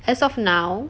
as of now